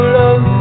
love